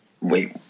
Wait